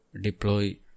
deploy